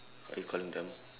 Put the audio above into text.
are you calling them